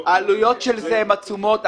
העלויות של זה הן עצומות.